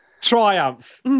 Triumph